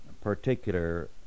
particular